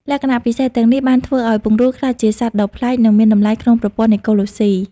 លក្ខណៈពិសេសទាំងនេះបានធ្វើឱ្យពង្រូលក្លាយជាសត្វដ៏ប្លែក និងមានតម្លៃក្នុងប្រព័ន្ធអេកូឡូស៊ី។